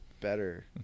better